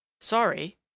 Sorry